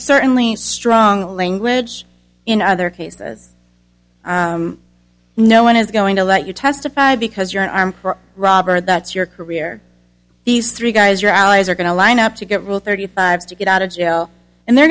certainly strong language in other cases no one is going to let you testify because you're an armed robber that's your career these three guys your allies are going to line up to get rule thirty five to get out of jail and they're